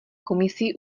komisí